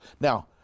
Now